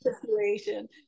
situation